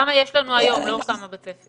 כמה יש לנו היום, לא כמה בצפי.